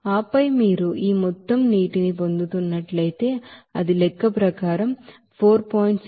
ఆపై మీరు ఈ మొత్తంలో నీటిని పొందుతున్నట్లయితే అది లెక్కప్రకారం ఇది 4